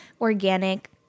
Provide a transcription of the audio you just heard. organic